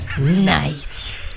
Nice